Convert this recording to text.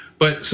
but so